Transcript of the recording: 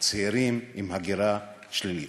והצעירים הגירה שלילית.